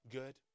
good